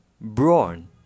brown